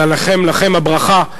ולכם הברכה,